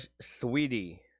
Sweetie